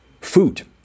food